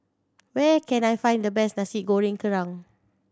where can I find the best Nasi Goreng Kerang